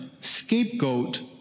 scapegoat